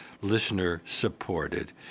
listener-supported